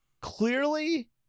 Clearly